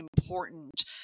important